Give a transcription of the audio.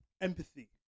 empathy